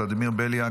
ולדימיר בליאק,